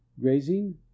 Grazing